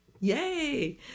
yay